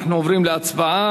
אנחנו עוברים להצבעה.